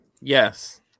Yes